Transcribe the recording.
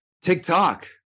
TikTok